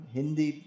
Hindi